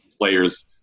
players